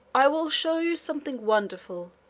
i will show you something wonderful